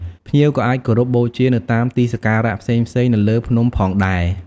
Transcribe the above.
ភ្ញៀវក៏អាចគោរពបូជានៅតាមទីសក្ការៈផ្សេងៗនៅលើភ្នំផងដែរ។